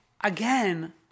again